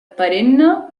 perenne